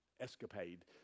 escapade